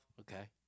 Okay